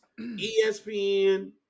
ESPN